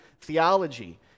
theology